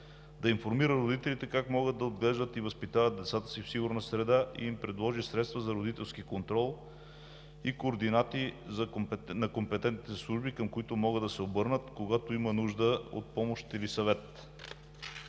да информира родителите как могат да отглеждат и възпитават децата си в сигурна среда и им предложи средства за родителски контрол и координати на компетентните служби, към които могат да се обърнат, когато имат нужда от помощ или съвет.